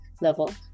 level